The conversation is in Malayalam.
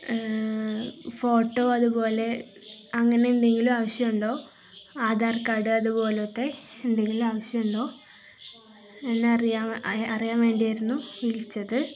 അ ഫോട്ടോ അതുപോലെ അങ്ങനെ എന്തെങ്കിലും ആവശ്യമുണ്ടോ ആധാർ കാർഡ് അതുപോലത്തെ എന്തെങ്കിലും ആവശ്യമുണ്ടോ എന്നെറിയാൻ വേണ്ടിയായിരുന്നു വിളിച്ചത്